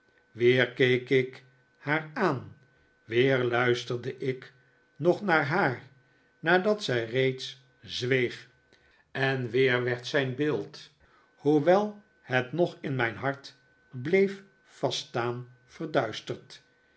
weer keek ik haar aan weer luisterde ik nog naar haar nadat zij reeds zweeg en weer werd zijn beeld hoewel het nog in mijn hart bleef vaststaan verduisterd